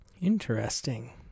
Interesting